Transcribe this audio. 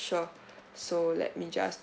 sure so let me just